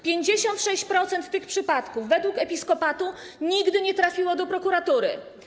56% tych przypadków według Episkopatu Polski nigdy nie trafiło do prokuratury.